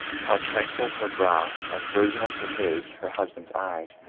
how tranquil her brow, as virginal to his, her husband's eyes,